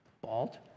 bald